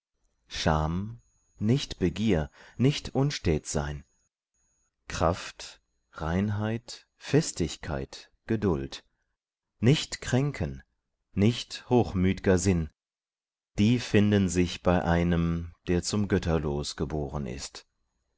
scham nichtbegier nicht unstätsein kraft reinheit festigkeit geduld nichtkränken nicht hochmüt'ger sinn die finden sich bei einem der zum götterlos geboren ist